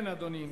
כן, אדוני.